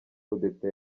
kudeta